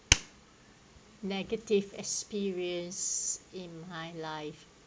negative experience in my life